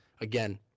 Again